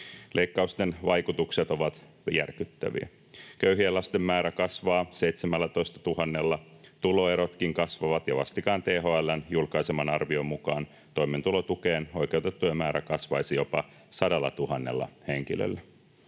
Leikkausten vaikutukset ovat järkyttäviä: köyhien lasten määrä kasvaa 17 000:lla, tuloerotkin kasvavat, ja vastikään THL:n julkaiseman arvion mukaan toimeentulotukeen oikeutettujen määrä kasvaisi jopa 100 000 henkilöllä.